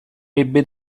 ebbe